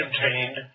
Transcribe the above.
contained